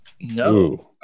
no